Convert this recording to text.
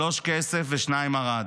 שלוש כסף, ושתיים ערד,